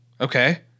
Okay